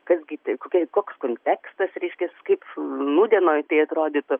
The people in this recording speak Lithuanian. kaip gi taip kokiai koks kontekstas reiškias kaip nūdienoj tai atrodytų